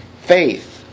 Faith